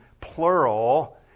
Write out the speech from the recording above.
plural